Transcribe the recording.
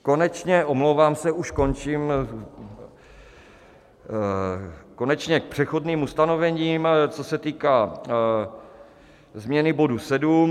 Konečně, omlouvám se, už končím, konečně k přechodným ustanovením, co se týká změny bodu 7.